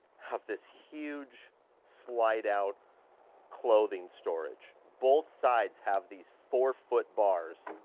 have this huge slide out clothing storage. both sides have these four foot bars.